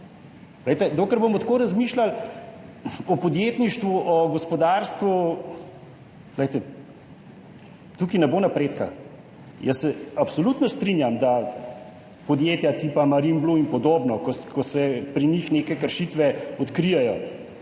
Dokler bomo tako razmišljali o podjetništvu, o gospodarstvu, tu ne bo napredka. Jaz se absolutno strinjam, da podjetja tipa Marinblu in podobna, ko se pri njih odkrijejo